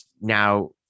now